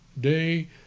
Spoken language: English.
Day